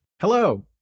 Hello